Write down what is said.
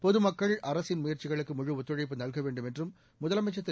பொதுமக்கள் அரசின் முயற்சிகளுக்கு முழுஒத்துழைப்பு நல்க வேண்டும் என்றும் முதலமைச்சர் திரு